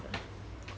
ya